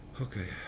Okay